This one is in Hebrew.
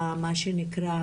במה שנקרא,